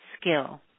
skill